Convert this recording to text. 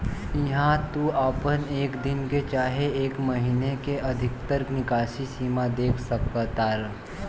इहा तू आपन एक दिन के चाहे एक महीने के अधिकतर निकासी सीमा देख सकतार